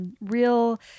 real